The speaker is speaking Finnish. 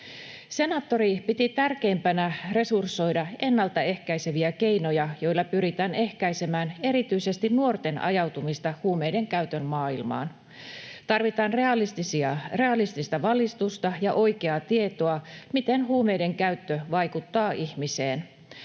Senaattori piti tärkeimpänä resursoida ennaltaehkäiseviä keinoja, joilla pyritään ehkäisemään erityisesti nuorten ajautumista huumeidenkäytön maailmaan. Tarvitaan realistista valistusta ja oikeaa tietoa siitä, miten huumeidenkäyttö vaikuttaa ihmiseen.